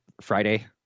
Friday